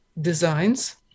designs